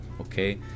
okay